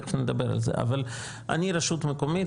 תכף נדבר על זה אבל אני רשות מקומית,